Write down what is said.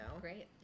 great